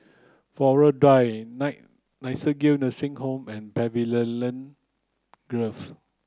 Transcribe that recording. Flora Drive Night Nightingale Nursing Home and Pavilion Grove